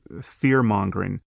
fear-mongering